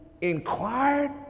inquired